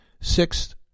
Sixth